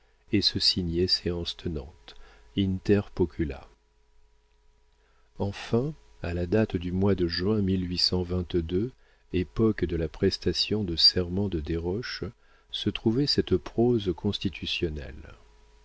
et se signait séance tenante inter pocula enfin à la date du mois de juin époque de la prestation de serment de desroches se trouvait cette prose constitutionnelle